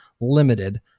limited